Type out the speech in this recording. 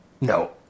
No